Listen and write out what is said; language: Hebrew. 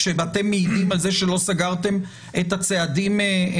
כשאתם מעידים על זה שלא סגרתם את הצעדים?